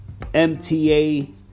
MTA